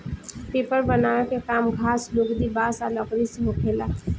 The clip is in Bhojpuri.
पेपर बनावे के काम घास, लुगदी, बांस आ लकड़ी से होखेला